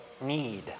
need